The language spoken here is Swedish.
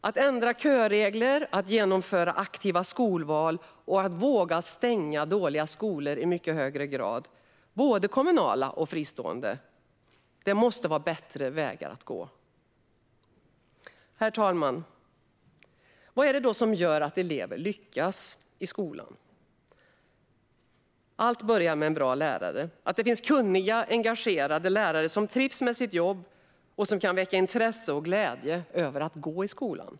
Att ändra köregler, att genomföra aktiva skolval och att våga stänga dåliga skolor - både kommunala och fristående - i mycket högre grad måste vara bättre vägar att gå. Herr talman! Vad är det då som gör att elever lyckas i skolan? Allt börjar med en bra lärare. Det börjar med att det finns kunniga, engagerade lärare som trivs med sitt jobb och som kan väcka intresse och glädje över att gå i skolan.